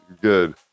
good